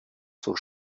zur